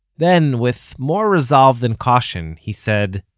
then, with more resolve than caution, he said,